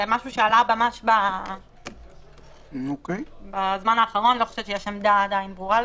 זה משהו שעלה ממש בזמן האחרון ואני לא חושבת שיש עמדה על זה.